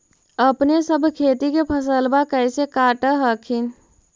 अपने सब खेती के फसलबा कैसे काट हखिन?